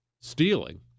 stealing